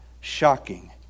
shocking